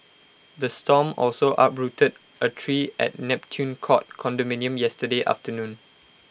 the storm also uprooted A tree at Neptune court condominium yesterday afternoon